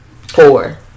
four